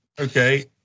Okay